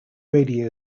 radio